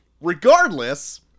regardless